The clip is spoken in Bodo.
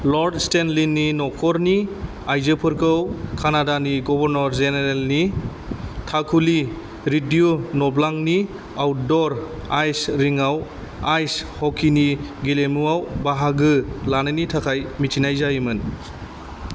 लर्ड स्टेनलि नि न'खरनि आइजोफोरखौ कनाडानि गवर्नर जेनेरेल नि थाखुलि रिड्यू नब्लांनि आउटडोर आइस रिंकआव आइस हकीनि गेलेमुवाव बाहागो लानायनि थाखाय मिथिनाय जायोमोन